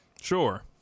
sure